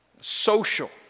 Social